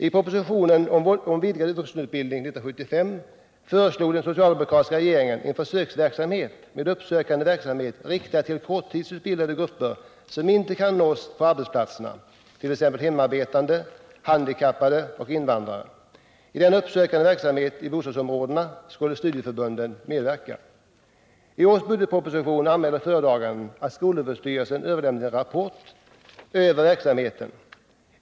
I propositionen om vidgad vuxenutbildning 1975 föreslog den socialdemokratiska regeringen en försöksverksamhet med uppsökande verksamhet riktad till korttidsutbildade grupper som inte kan nås på arbetsplatserna, t.ex. hemarbetande, handikappade och invandrare. I denna uppsökande verksamhet i bostadsområdena skulle studieförbunden medverka. I årets budgetproposition anmäler föredraganden att skolöverstyrelsen överlämnat en rapport över verksamheten.